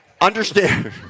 Understand